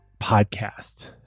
podcast